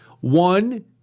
One